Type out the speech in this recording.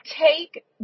take